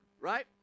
right